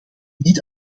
niet